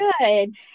Good